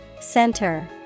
Center